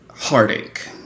heartache